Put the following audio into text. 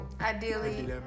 Ideally